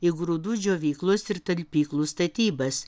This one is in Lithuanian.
į grūdų džiovyklos ir talpyklų statybas